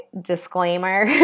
disclaimer